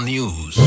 News